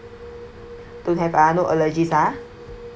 don't have ah no allergies ah